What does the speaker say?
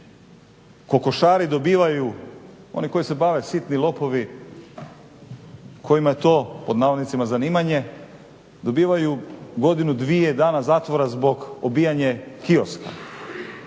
Kokošari dobivaju, oni koji se bave sitni lopovi kojima je to pod navodnicima zanimanje, dobivaju godinu dvije dana zatvora zbog obijanje kioska.